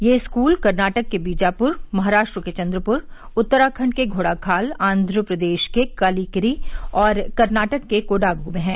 ये स्कूल कर्नाटक के बीजापुर महाराष्ट्र के चंद्रपुर उत्तराखंड के घोड़ाखाल आंध्र प्रदेश के कलिकिरी और कर्नाटक के कोडाग् में हैं